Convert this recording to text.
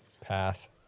path